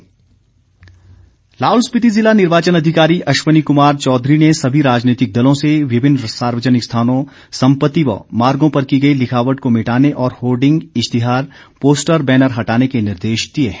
चुनाव लाहौल स्पीति लाहौल स्पीति जिला निर्वाचन अधिकारी अश्विनी कमार चौधरी ने सभी राजनितिक दलों से विभिन्न सार्वजनिक स्थानों संपति व मार्गों पर की गई लिखावट को मिटाने और होर्डिंग इश्तिहार पोस्टर बैनर हटाने के निर्देश दिए है